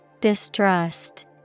Distrust